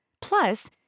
Plus